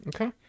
okay